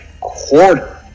quarter